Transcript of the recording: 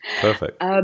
Perfect